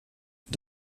mit